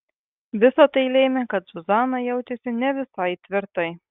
visa tai lėmė kad zuzana jautėsi ne visai tvirtai